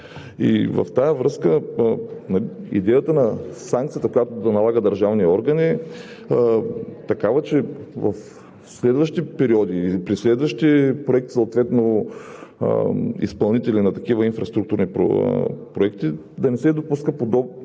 В тази връзка идеята на санкцията, която да налага държавният орган, е такава, че в следващи периоди и при следващ проект на изпълнителя на такива инфраструктурни проекти да не се допуска подобен